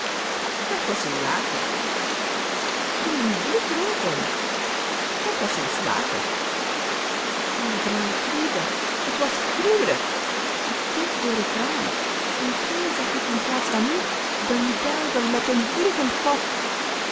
dat was een jager toen een bloedrooden dat was een slager o vrouw trude het was gruwelijk ik keek door het raam en toen zag ik in plaats van u den duivel met een vurigen kop